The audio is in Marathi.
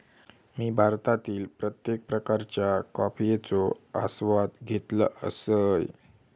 मी भारतातील प्रत्येक प्रकारच्या कॉफयेचो आस्वाद घेतल असय